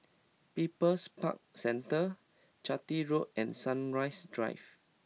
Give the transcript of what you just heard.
People's Park Centre Chitty Road and Sunrise Drive